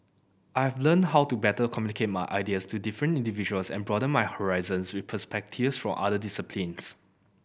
I've learnt how to better communicate my ideas to different individuals and broaden my horizons with perspectives for other disciplines